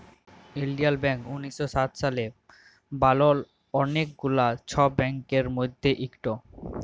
ইলডিয়াল ব্যাংক উনিশ শ সাত সালে বালাল অলেক গুলা ছব ব্যাংকের মধ্যে ইকট